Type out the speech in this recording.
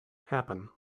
happen